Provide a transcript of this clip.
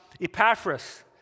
Epaphras